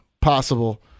possible